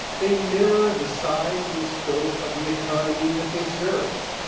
they mirror the size and the scope of the economy that they serve.